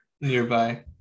nearby